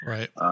Right